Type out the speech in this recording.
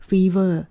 Fever